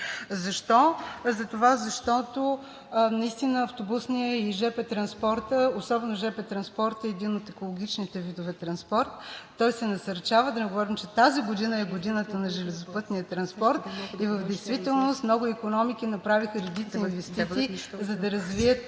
Защо? Защото наистина автобусният и жп транспортът, особено жп транспортът е един от екологичните видове транспорт, той се насърчава. Да не говорим, че тази година е годината на железопътния транспорт и много икономики направиха редица инвестиции, за да развият